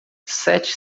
sete